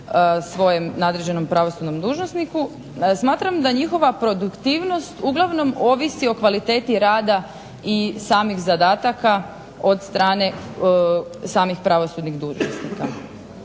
svom nadređenom pravosudnom dužnosniku, smatram da njihova produktivnost ovisi o kvaliteti rada samih zadataka od strane samih pravosudnih dužnosnika.